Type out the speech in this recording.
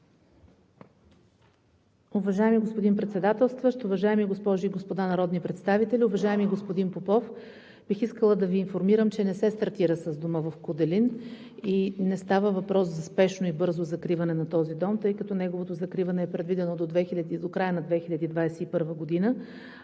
Уважаеми господин Председателстващ, уважаеми госпожи и господа народни представители! Уважаеми господин Попов, бих искала да Ви информирам, че не се стартира с Дома в с. Куделин и не става въпрос за спешно и бързо закриване на този дом, тъй като неговото закриване е през 2021 г.